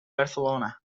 barcelona